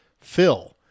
fill